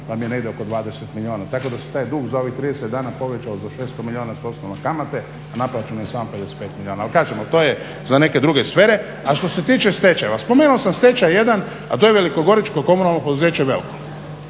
vam je negdje oko 20 milijuna. Tako da se taj dug za ovih 30 dana povećao za 600 milijuna s osnova kamate, a naplaćeno je samo 55 milijuna. Ali kažem to je za neke druge sfere. A što se tiče stečajeva, spomenuo sam stečaj jedan, a to je velikogoričkog komunalno poduzeće "Velkom".